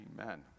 Amen